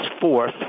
fourth